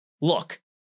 Look